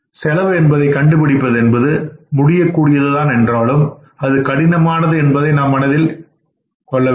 செலவு என்பதை கண்டுபிடிப்பது என்பது முடியக் கூடியது தான் என்றாலும் அது கடினமானது என்பதை மனதில் கொள்ள வேண்டும்